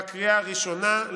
בקריאה הראשונה,